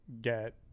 get